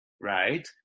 right